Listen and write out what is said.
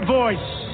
voice